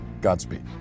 Godspeed